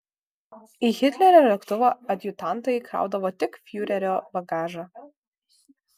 į hitlerio lėktuvą adjutantai kraudavo tik fiurerio bagažą